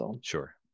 Sure